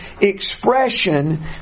expression